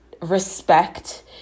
respect